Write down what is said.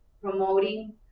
promoting